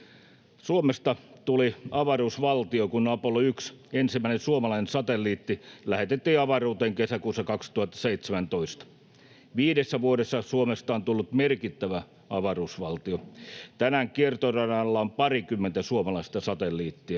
Suomesta tuli avaruusvaltio, kun Aalto-1, ensimmäinen suomalainen satelliitti, lähetettiin avaruuteen kesäkuussa 2017. Viidessä vuodessa Suomesta on tullut merkittävä avaruusvaltio: tänään kiertoradalla on parikymmentä suomalaista satelliittia.